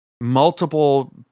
multiple